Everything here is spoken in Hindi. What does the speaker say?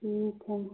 ठीक है